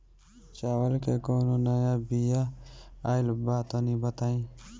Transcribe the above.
चावल के कउनो नया बिया आइल बा तनि बताइ?